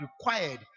required